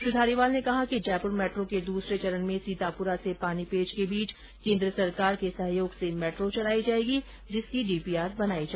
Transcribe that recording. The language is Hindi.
श्री धारीवाल ने कहा कि जयपुर मैट्रो के दूसरे चरण में सीतापुरा से पानीपेच के बीच केन्द्र सरकार के सहयोग से मैट्रो चलाई जाएगी जिसकी डीपीआर बनाई जा रही है